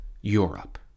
Europe